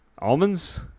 Almonds